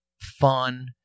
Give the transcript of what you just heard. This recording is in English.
fun